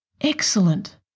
excellent